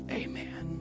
amen